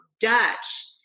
Dutch